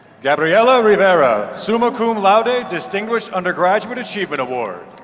gabriella rivera, summa cum laude ah distinguished undergraduate achievement award.